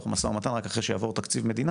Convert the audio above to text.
במשא ומתן רק אחרי שיעבור תקציב מדינה,